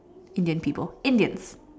Indian people Indians